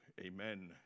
Amen